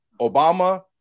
Obama